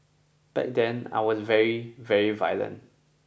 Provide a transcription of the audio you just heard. back then I was very very violent